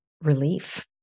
relief